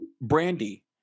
Brandy